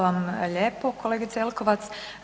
vam lijepo kolegice Jelkovac.